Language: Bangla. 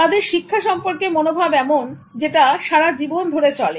কারণ তাদের শিক্ষা সম্পর্কে মনোভাব এমন যেটা সারা জীবন ধরে চলে